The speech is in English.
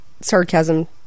sarcasm